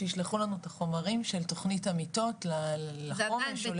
שישלחו לנו את החומרים של תוכנית המיטות לחומש או ל-